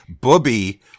Booby